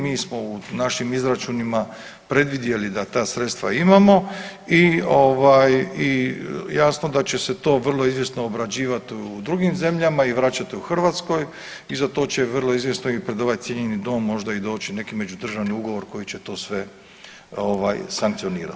Mi smo u našim izračunima predvidjeli da ta sredstva imamo i jasno da će se to vrlo izvjesno obrađivat u drugim zemljama i vraćat u Hrvatskoj i za to će vrlo izvjesno i pred ovaj cijenjeni dom možda i doći neki međudržavni ugovor koji će to sve sankcionirati.